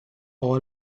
all